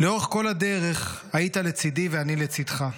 "לאורך כל הדרך היית לצידי ואני לצידך",